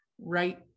right